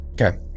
Okay